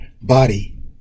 body